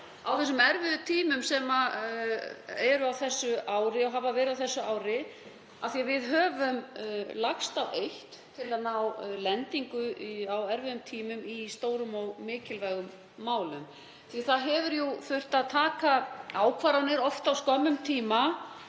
á þeim erfiðu tímum sem hafa verið á þessu ári. Við höfum lagst á eitt til að ná lendingu á erfiðum tímum í stórum og mikilvægum málum. Það hefur þurft að taka ákvarðanir oft á skömmum tíma